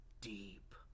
deep